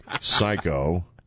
Psycho